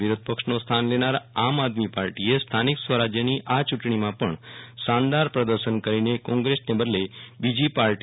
વિરોધ પક્ષનો સ્થાન લેનાર આમ આદમી પાર્ટીએ સ્થાનીક સ્વરાજ્યની આ ચૂંટણીમાં પણ શાનદાર પ્રદર્શન કરીને કોંગ્રેસને બદલે બીજી પાર્ટી તરીકે પ્રસ્થાપતિ કરી છે